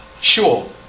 sure